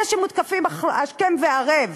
אלה שמותקפים השכם והערב,